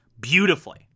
Beautifully